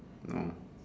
no